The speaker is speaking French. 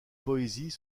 poésies